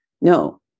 no